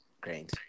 great